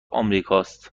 امریکاست